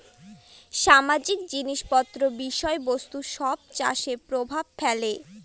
সামাজিক জিনিস পত্র বিষয় বস্তু সব চাষে প্রভাব ফেলে